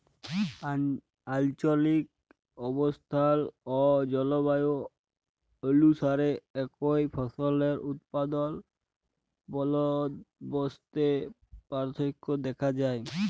আলচলিক অবস্থাল অ জলবায়ু অলুসারে একই ফসলের উৎপাদল বলদবস্তে পার্থক্য দ্যাখা যায়